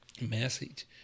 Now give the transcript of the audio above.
message